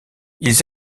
ils